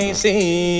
see